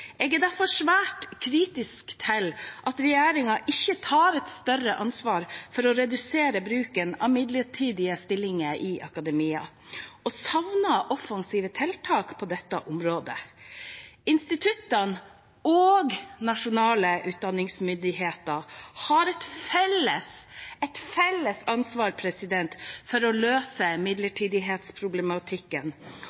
Jeg er derfor svært kritisk til at regjeringen ikke tar et større ansvar for å redusere bruken av midlertidige stillinger i akademia, og savner offensive tiltak på dette området. Instituttene og nasjonale utdanningsmyndigheter har et felles – et felles – ansvar for å løse